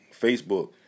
Facebook